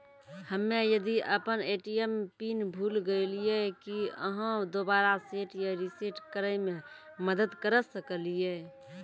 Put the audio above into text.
हम्मे यदि अपन ए.टी.एम पिन भूल गलियै, की आहाँ दोबारा सेट या रिसेट करैमे मदद करऽ सकलियै?